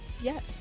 Yes